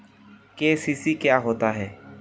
KCC क्या होता है?